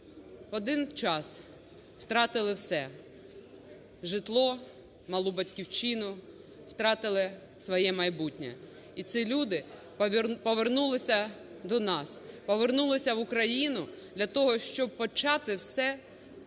один час втратили все житло, малу батьківщину, втратили своє майбутнє. І ці люди повернулися до нас, повернулися в Україну для того, щоб почати все